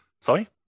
Sorry